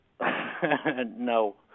No